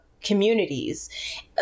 communities